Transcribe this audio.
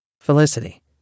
Felicity